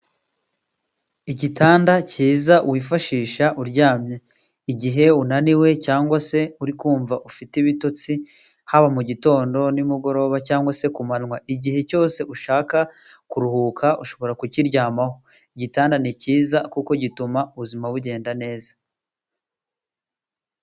Igitanda cyiza wifashisha uryamye igihe unaniwe cyangwa se uri kumva ufite ibitotsi. Haba mu gitondo, nimugoroba cyangwa se kumanywa, igihe cyose ushaka kuruhuka ushobora kukiryamaho. Igitanda ni cyiza kuko gituma ubuzima bugenda neza.